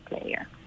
player